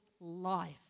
life